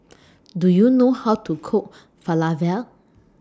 Do YOU know How to Cook Falafel